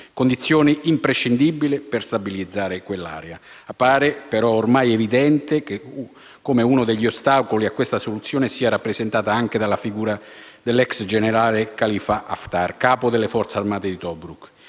condizione imprescindibile per stabilizzare quell'area. Appare però ormai evidente come uno degli ostacoli a questa soluzione sia rappresentato anche dalla figura dell'ex generale Khalifa Haftar, capo delle Forze armate di Tobruk.